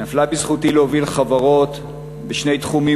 נפל בזכותי להוביל חברות בשני תחומים